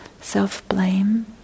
self-blame